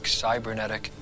cybernetic